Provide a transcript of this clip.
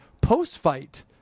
post-fight